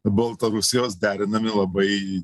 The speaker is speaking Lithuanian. baltarusijos derinami labai